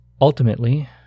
Ultimately